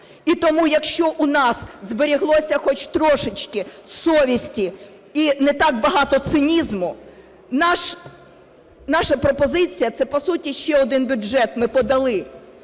І тому якщо у нас збереглося хоч трошечки совісті і не так багато цинізму, наша пропозиція, це по суті ще один бюджет ми подали